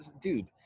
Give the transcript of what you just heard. dude